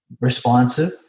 responsive